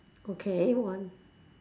okay one